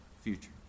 future